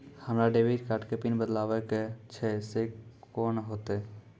हमरा debit card के PIN बदलबावै के छैं से कौन होतै?